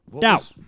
Doubt